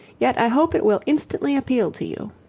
yet i hope it will instantly appeal to you.